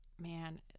man